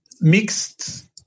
mixed